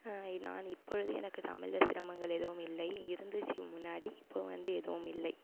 நான் இப்பொழுது எனக்கு தமிழில் சிரமங்கள் எதுவும் இல்லை இருந்துச்சு முன்னாடி இப்போ வந்து எதுவும் இல்லை